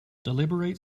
deliberate